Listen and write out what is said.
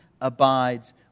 abides